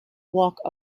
walk